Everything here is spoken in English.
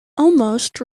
almost